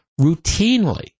routinely